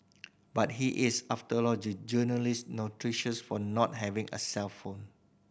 but he is after all the journalist notorious for not having a cellphone